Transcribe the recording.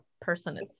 person